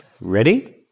Ready